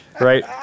right